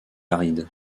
arides